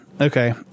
okay